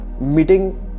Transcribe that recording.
meeting